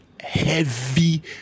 heavy